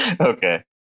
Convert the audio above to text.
Okay